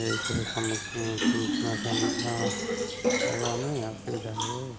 ଏଇ ସବୁ ସମ୍ମୁଖୀନ ସମ୍ମୁଖୀନ ହେଉ ଆମେ ଅସୁବିଧା ହୁଏ